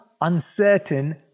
uncertain